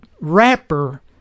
rapper